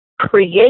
create